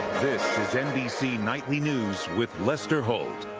this is nbc nightly news with lester holt.